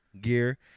gear